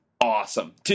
awesome